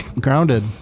Grounded